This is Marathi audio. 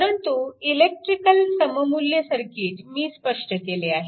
परंतु इलेक्ट्रिकल सममुल्य सर्किट मी स्पष्ट केले आहे